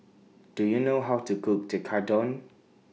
Do YOU know How to Cook Tekkadon